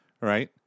right